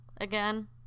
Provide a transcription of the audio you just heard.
Again